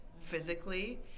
physically